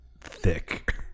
thick